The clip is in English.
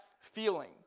feeling